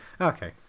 Okay